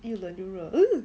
又冷又热